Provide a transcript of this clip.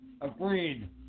Agreed